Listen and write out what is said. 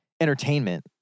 entertainment